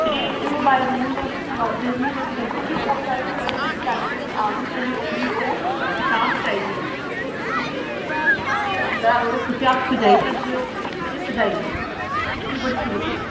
ते ओह् by rule अस तुस ज्यादा देर नेईं रक्खी सकदे क्यूंकि होर सारे बी बड़े सारे कैंडिडेट आ दे न जिनेंगी ओह्कड़ी ओह् किताब चाहिदी ऐ ते तुस प्लीज ओह् तुस जियां बी होंदा ऐ तुस कुसै हत्थ पजाईं सकदे ओ ते पजाईं ओड़ो क्योंकि बड़ी जरूरी ऐ